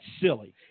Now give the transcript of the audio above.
silly